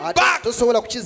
back